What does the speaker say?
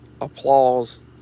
applause